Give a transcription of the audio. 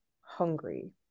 hungry